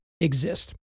exist